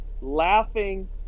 laughing